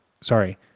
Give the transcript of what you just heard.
sorry